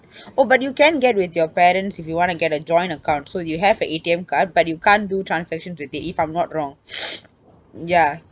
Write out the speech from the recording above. oh but you can get with your parents if you wanna get a joint account so you have a A_T_M card but you can't do transactions with it if I'm not wrong ya